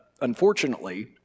unfortunately